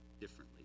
differently